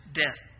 death